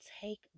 take